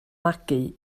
magu